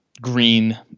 green